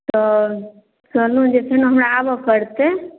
तऽ फेनो जे छै ने हमरा आबऽ पड़तै